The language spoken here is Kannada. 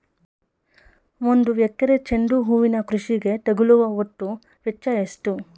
ಒಂದು ಎಕರೆ ಚೆಂಡು ಹೂವಿನ ಕೃಷಿಗೆ ತಗಲುವ ಒಟ್ಟು ವೆಚ್ಚ ಎಷ್ಟು?